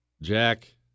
Jack